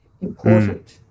important